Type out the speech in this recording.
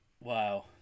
Wow